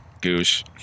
Goose